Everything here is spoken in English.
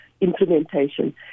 implementation